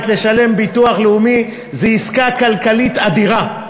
לשלם ביטוח לאומי זו עסקה כלכלית אדירה.